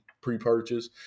pre-purchase